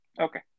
okay